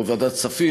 או בוועדת הכספים,